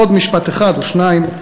עוד משפט אחד או שניים.